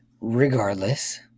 regardless